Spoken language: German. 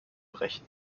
brechen